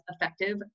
effective